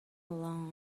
alone